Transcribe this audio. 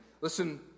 listen